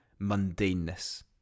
mundaneness